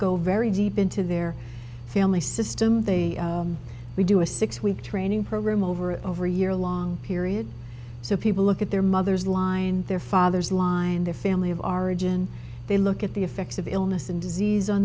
go very deep into their family system we do a six week training program over over a year long period so people look at their mothers line their fathers line their family of origin they look at the effects of illness and disease on